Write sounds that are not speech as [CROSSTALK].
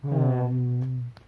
!hais! [NOISE]